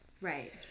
Right